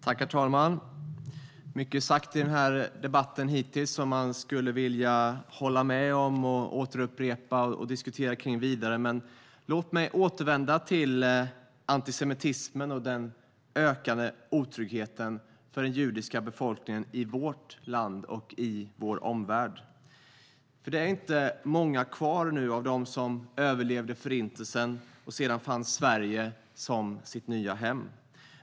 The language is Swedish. Herr talman! Mycket är sagt hittills i debatten som man skulle vilja hålla med om, återupprepa och diskutera kring vidare. Men låt mig återvända till antisemitismen och den ökade otryggheten för den judiska befolkningen i vårt land och i vår omvärld. Det är nu inte många kvar av dem som överlevde Förintelsen och sedan fann Sverige som sitt nya hem.